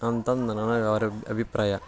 ಅಂತಂದು ನನಗೆ ಅವ್ರ ಅಭಿಪ್ರಾಯ